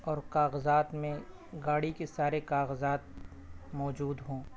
اور کاغذات میں گاڑی کے سارے کاغذات موجود ہوں